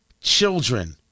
children